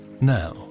now